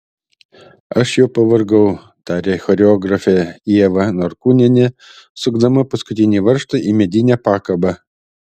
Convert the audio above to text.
aš jau pavargau tarė choreografė ieva norkūnienė sukdama paskutinį varžtą į medinę pakabą